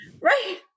Right